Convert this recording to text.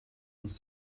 uns